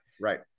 right